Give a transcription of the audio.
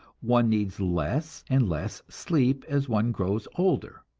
one needs less and less sleep as one grows older.